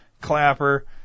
Clapper